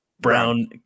brown